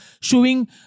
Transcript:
showing